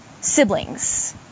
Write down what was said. siblings